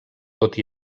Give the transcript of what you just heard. tot